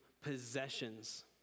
possessions